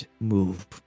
move